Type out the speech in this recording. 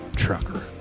trucker